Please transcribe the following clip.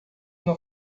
não